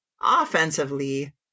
offensively